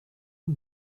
and